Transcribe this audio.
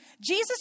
Jesus